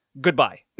goodbye